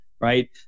right